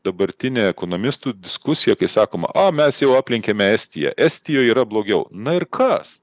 dabartinė ekonomistų diskusija kai sakoma o mes jau aplenkėme estiją estijoj yra blogiau na ir kas